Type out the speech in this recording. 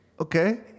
Okay